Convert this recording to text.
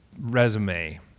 resume